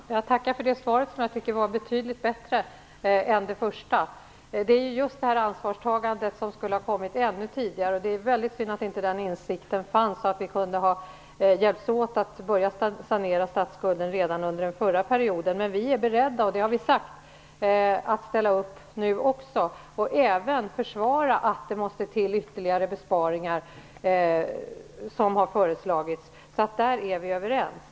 Herr talman! Jag tackar för det svaret, som jag tycker var betydligt bättre än det förra. Det ansvarstagande Ylva Johansson talar om skulle ha kommit ännu tidigare. Det är väldigt synd att den insikten inte fanns, så att vi kunde ha hjälpts åt att börja sanera statsskulden redan under den förra perioden. Men vi är beredda - det har vi sagt - att ställa upp nu också och även att försvara att det måste till ytterligare besparingar, som har föreslagits. På den punkten är vi alltså överens.